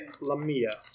Lamia